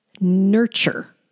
nurture